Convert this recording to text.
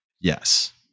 Yes